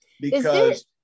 Because-